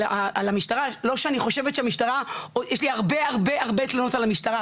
לא שאין לי הרבה מאוד תלונות על המשטרה,